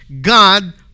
God